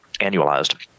annualized –